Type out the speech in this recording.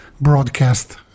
broadcast